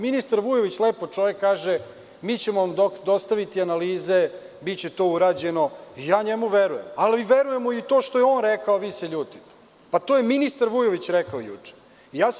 Ministar Vujović lepo kaže – mi ćemo vam dostaviti analize, biće to urađeno, i ja njemu verujem, ali verujem i u to što je on rekao, a vi se ljutite, pa to je ministar Vujović rekao juče.